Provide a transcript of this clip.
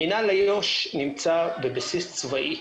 מינהל איו"ש נמצא בבסיס צבאי,